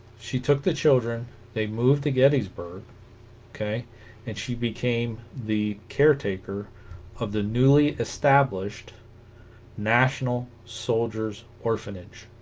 she took the children they moved to gettysburg okay and she became the caretaker of the newly established national soldiers orphanage